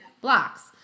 blocks